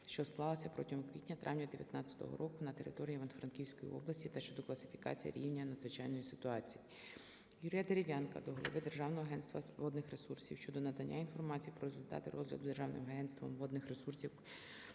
що склалася протягом квітня-травня 19-го року на території Івано-Франківської області та щодо класифікації рівня надзвичайної ситуації. Юрія Дерев'янка до голови Державного агентства водних ресурсів щодо надання інформації про результати розгляду Державним агентством водних ресурсів